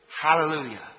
Hallelujah